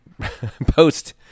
post